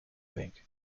bank